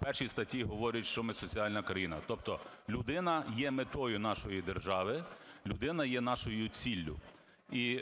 в 1-й статті говорить, що ми – соціальна країна, тобто людина є метою нашої держави, людина є нашою ціллю. І